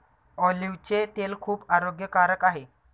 ऑलिव्हचे तेल खूप आरोग्यकारक आहे